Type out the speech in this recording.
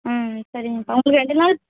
ம் சரிங்கப்பா உங்களுக்கு ரெண்டு நாள்